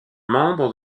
membre